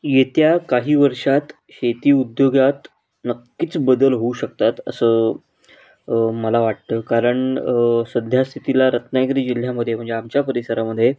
येत्या काही वर्षात शेती उद्योगात नक्कीच बदल होऊ शकतात असं मला वाटतं कारण सद्यस्थितीला रत्नागिरी जिल्ह्यामध्ये म्हणजे आमच्या परिसरामध्ये